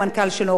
רוני גמזו,